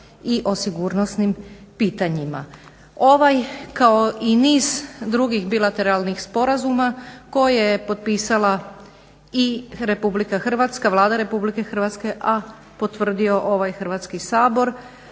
i o sigurnosnim pitanjima. Ovaj kao i niz drugih bilateralnih sporazuma koje je potpisala i Republika Hrvatska, Vlada Republike Hrvatske a potvrdio ovaj Hrvatski sabor